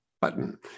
button